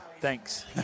Thanks